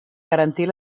garantir